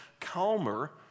calmer